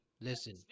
Listen